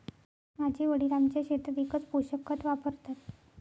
माझे वडील आमच्या शेतात एकच पोषक खत वापरतात